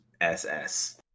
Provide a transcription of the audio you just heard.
SS